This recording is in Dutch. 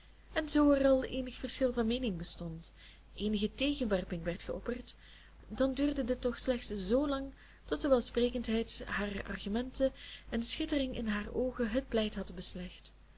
en zoo er al eenig verschil van meening bestond eenige tegenwerping werd geopperd dan duurde dit toch slechts zlang tot de welsprekendheid harer argumenten en de schittering in haar oogen het pleit hadden beslecht